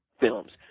films